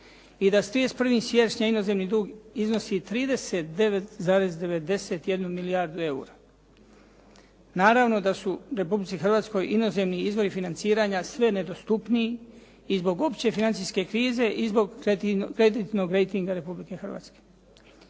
i da s 31. siječnja inozemni dug iznosi 39,91 milijardu eura. Naravno da su Republici Hrvatskoj inozemni izvori financiranja sve nedostupniji i zbog opće financijske krize i zbog kreditnog rejtinga Republike Hrvatske.